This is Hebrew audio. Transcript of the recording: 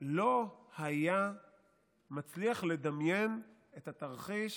לא היה מצליח לדמיין את התרחיש